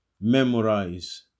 Memorize